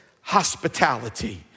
hospitality